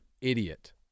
idiot